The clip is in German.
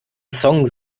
song